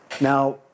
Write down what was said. Now